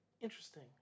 Interesting